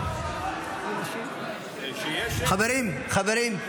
חברים, חברים.